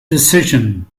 decision